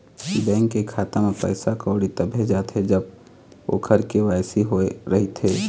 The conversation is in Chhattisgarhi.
बेंक के खाता म पइसा कउड़ी तभे जाथे जब ओखर के.वाई.सी होए रहिथे